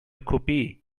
kopie